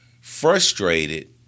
frustrated